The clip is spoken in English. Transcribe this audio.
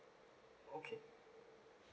okay